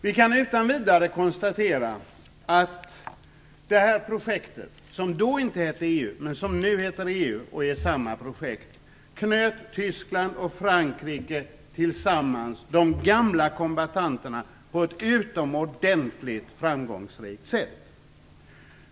Vi kan utan vidare konstatera att det här projektet, som då inte hette EU men som nu heter EU och är samma projekt, knöt de gamla kombattanterna Tyskland och Frankrike tillsammans på ett utomordentligt framgångsrikt sätt.